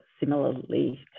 similarly